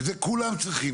זה כולם צריכים,